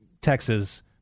Texas